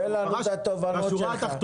תן לנו את התובנות שלך.